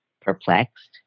perplexed